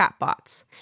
chatbots